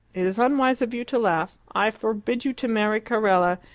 it is unwise of you to laugh. i forbid you to marry carella,